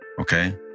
Okay